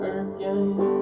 again